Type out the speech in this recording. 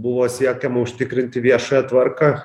buvo siekiama užtikrinti viešąją tvarką